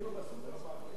אפילו בסופרמרקט מחלקים.